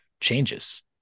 changes